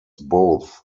both